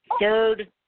Third